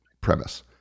premise